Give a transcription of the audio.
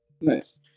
Nice